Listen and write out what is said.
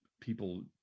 people